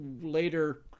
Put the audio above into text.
later